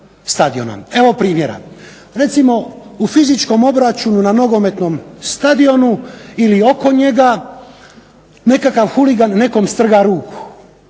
Evo primjera. Recimo u fizičkom obračunu na nogometnom stadionu ili oko njega nekakav huligan nekom strga ruku.